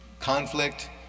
conflict